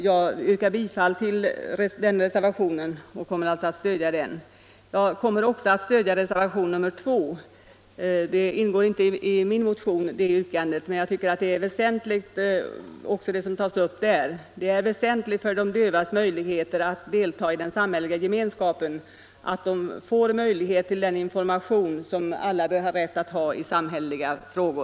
Jag yrkar bifall till reservationen I och kommer att stödja den. Jag kommer också att stödja reservationen 2. Det yrkandet ingår inte i min motion men jag tycker att även det som tas upp där är väsentligt för de dövas förutsättningar att delta i den samhälleliga gemenskapen. De bör få möjlighet att tillgodogöra sig den information som alla bör ha rätt till i samhälleliga frågor.